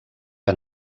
que